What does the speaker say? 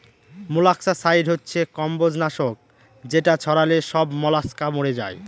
molluscicide হচ্ছে কম্বজ নাশক যেটা ছড়ালে সব মলাস্কা মরে যায়